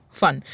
fun